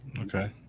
Okay